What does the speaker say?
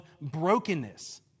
brokenness